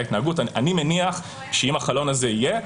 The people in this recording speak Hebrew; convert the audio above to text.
ההתנהגות אני מניח שאם החלון הזה יהיה,